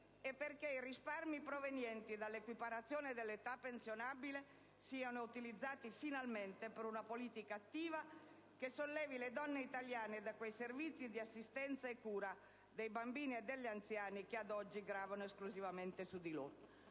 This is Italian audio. e perché i risparmi provenienti dall'equiparazione dell'età pensionabile siano utilizzati finalmente per una politica attiva che sollevi le donne italiane da quei servizi di assistenza e cura dei bambini e degli anziani che ad oggi gravano esclusivamente su di loro.